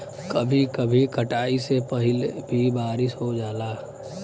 कभी कभी कटाई से पहिले भी बारिस हो जाला